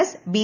S B